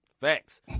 Facts